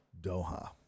Doha